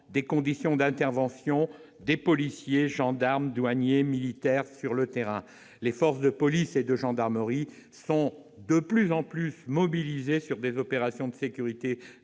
des conditions d'intervention des policiers, gendarmes, douaniers et militaires sur le terrain. Les forces de police et de gendarmerie sont de plus en plus mobilisées pour des opérations de sécurité